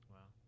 Wow